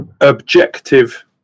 objective